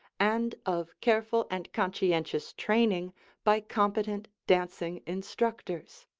and of careful and conscientious training by competent dancing instructors.